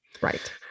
Right